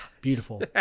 beautiful